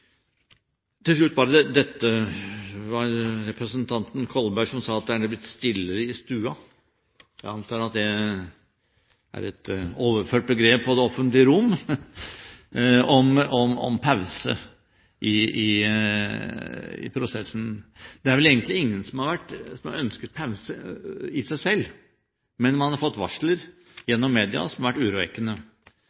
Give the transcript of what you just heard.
Til slutt: Det var representanten Kolberg som sa at det er blitt «stillere i stua» – jeg antar at «stua» er et overført begrep på det offentlige rom – om en pause i prosessen. Det er vel egentlig ingen som har ønsket pause i seg selv, men man har fått varsler